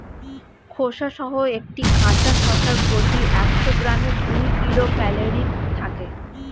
খোসাসহ একটি কাঁচা শসার প্রতি একশো গ্রামে কুড়ি কিলো ক্যালরি থাকে